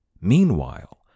Meanwhile